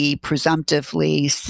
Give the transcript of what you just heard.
presumptively